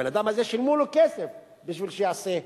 לבן-אדם הזה שילמו כסף בשביל שיעשה בדיקה,